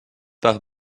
par